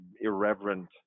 irreverent